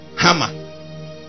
hammer